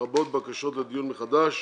לרבות בקשות לדיון מחדש.